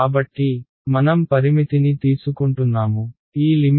కాబట్టి మనం పరిమితిని తీసుకుంటున్నాము ఈ y 0